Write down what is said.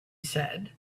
said